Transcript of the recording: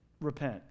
repent